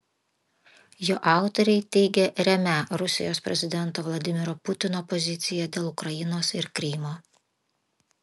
jo autoriai teigia remią rusijos prezidento vladimiro putino poziciją dėl ukrainos ir krymo